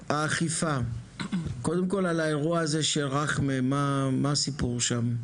האכיפה, קודם כל על האירוע של רכמה, מה הסיפור שם?